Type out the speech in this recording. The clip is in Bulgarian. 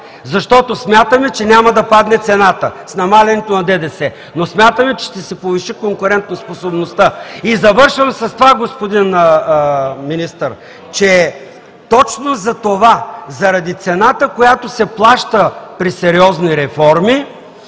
Защото смятаме, че няма да падне цената с намаляването на ДДС, но смятаме, че ще се повиши конкурентоспособността. И завършвам с това, господин Министър, че точно за това, заради цената, която се плаща при сериозни реформи